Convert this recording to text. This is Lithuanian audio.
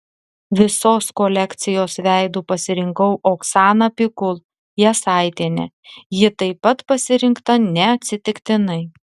visos kolekcijos veidu pasirinkau oksaną pikul jasaitienę ji taip pat pasirinkta neatsitiktinai